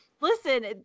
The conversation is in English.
listen